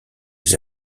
les